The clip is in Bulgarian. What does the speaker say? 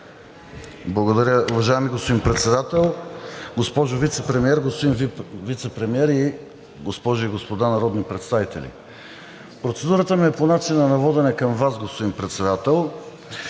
Благодаря. Уважаеми господин Председател, госпожо Вицепремиер, господин Вицепремиер, госпожи и господа народни представители! Процедурата ми е по начина на водене към Вас, господин Председател,